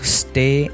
stay